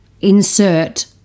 insert